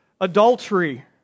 adultery